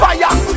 Fire